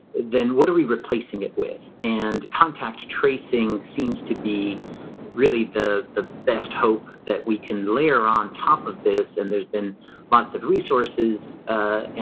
then what are we replacing it with and contact tracing seems to be really the the best hope that we can layer on top of this and there's been lots of resources. and